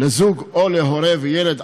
לזוג או להורה וילד,